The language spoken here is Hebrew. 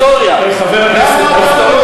חבר הכנסת,